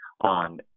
on